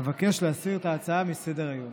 אבקש להסיר את ההצעה מסדר-היום.